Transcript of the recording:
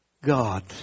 God